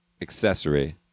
accessory